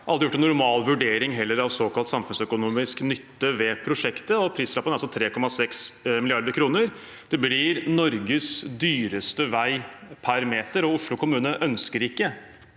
aldri gjort en normal vurdering av såkalt samfunnsøkonomisk nytte ved prosjektet, og prislappen er altså 3,6 mrd. kr. Det blir Norges dyreste vei per meter, og Oslo kommune ønsker ikke